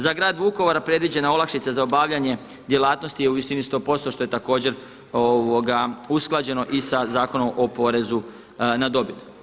Za grad Vukovar predviđena olakšica za obavljanje djelatnosti je u visini 100% što je također usklađeno i sa Zakonom o porezu na dobit.